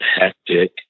hectic